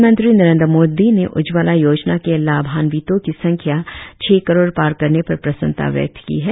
प्रधानमंत्री नरेंद्र मोदी ने उज्जवला योजना के लाभान्वितों की संख्या छह करोड़ पार करने पर प्रसन्नता व्यक्त की है